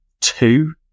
two